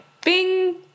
bing